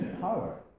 power